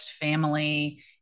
family